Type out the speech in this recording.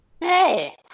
Hey